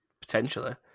Potentially